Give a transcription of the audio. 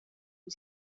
cui